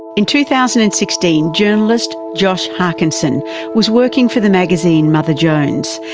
in two thousand and sixteen, journalist josh harkinson was working for the magazine mother jones,